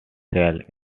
trails